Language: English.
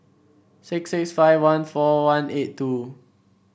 six six five one four one eight two